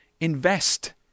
invest